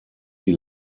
die